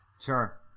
Sure